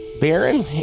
Baron